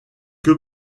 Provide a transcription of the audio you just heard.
que